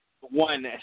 one